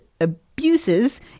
abuses